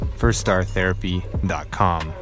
firststartherapy.com